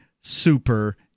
super